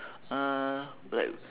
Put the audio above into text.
uh like